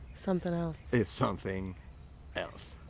something else. it's something else.